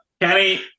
Kenny